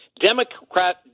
Democrat